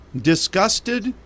Disgusted